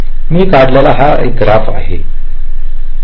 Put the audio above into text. मी काढलेला हाच ग्राफ दाखवत आहोत